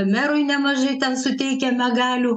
merui nemažai ten suteikiame galių